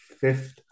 fifth